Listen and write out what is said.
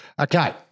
okay